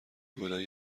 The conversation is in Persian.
گـلای